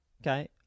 okay